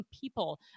people